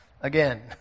again